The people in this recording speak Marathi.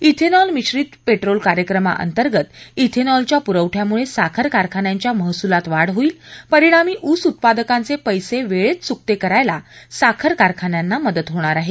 इथेनॉल मिश्रीत पेट्रोल कार्यक्रमा अंतर्गत इथेनॉल च्या पुरवठ्यामुळे साखर कारखान्यांच्या महसुलात वाढ होईल परिणामी ऊस उत्पादकांचे पैसे वेळेत चुकते करायला साखर कारखान्यांना मदत होणार आहे